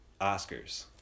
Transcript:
Oscars